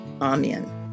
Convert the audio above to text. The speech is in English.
Amen